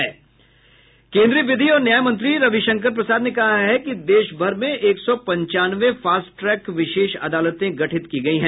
केन्द्रीय विधि और न्याय मंत्री रवि शंकर प्रसाद ने कहा कि देश भर में एक सौ पचानवे फास्ट ट्रैक विशेष अदालतें गठित की गयी हैं